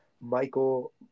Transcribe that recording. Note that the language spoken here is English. Michael